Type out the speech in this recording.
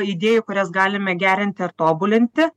idėjų kurias galime gerinti ar tobulinti